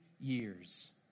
years